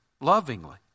lovingly